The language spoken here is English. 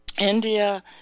India